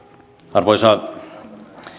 arvoisa